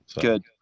Good